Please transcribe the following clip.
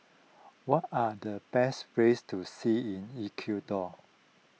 what are the best places to see in Ecuador